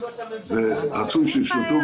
רצוי שישלטו,